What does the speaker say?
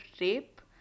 rape